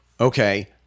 Okay